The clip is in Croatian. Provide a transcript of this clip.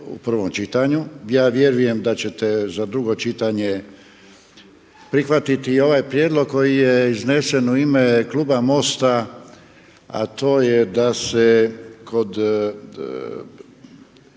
u prvom čitanju. Ja vjerujem da ćete za drugo čitanje prihvatiti i ovaj prijedlog koji je iznesen u ime kluba MOST-a a to je da se kod